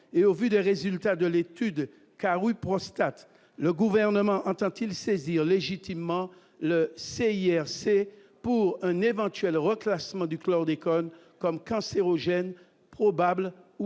et au vu des résultats de l'étude car prostate le gouvernement entend-il saisir légitimement le CIRC pour un éventuel reclassements du chlordécone comme cancérogènes probables ou cancérogène